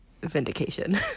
vindication